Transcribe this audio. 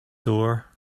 door